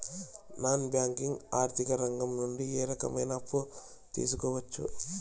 Non banking ఆర్థిక రంగం నుండి ఏ రకమైన అప్పు తీసుకోవచ్చు?